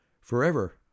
forever